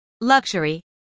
luxury